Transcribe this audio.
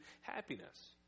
happiness